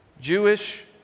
Jewish